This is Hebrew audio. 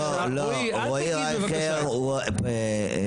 לא, לא, רועי רייכר הוא בכיר מכובד במשרד האוצר.